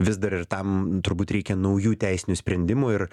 vis dar ir tam turbūt reikia naujų teisinių sprendimų ir